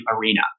arena